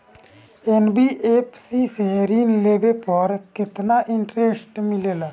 NBFC से ऋण लेने पर केतना इंटरेस्ट मिलेला?